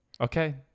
Okay